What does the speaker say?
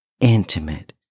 intimate